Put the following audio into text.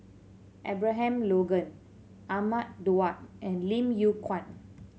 Abraham Logan Ahmad Daud and Lim Yew Kuan